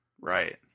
right